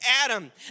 Adam